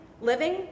living